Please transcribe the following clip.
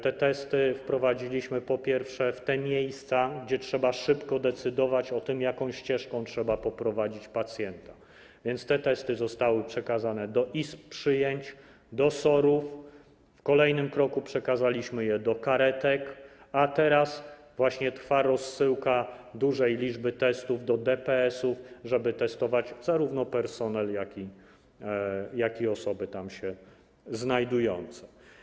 Te testy wprowadziliśmy, po pierwsze, w tych miejscach, gdzie trzeba szybko decydować o tym, jaką ścieżką trzeba poprowadzić pacjenta, a więc te testy zostały przekazane do izb przyjęć, do SOR-ów, w kolejnym kroku przekazaliśmy je do karetek, a teraz właśnie trwa rozsyłka dużej liczby testów do DPS-ów, żeby testować zarówno personel, jak i osoby tam się znajdujące.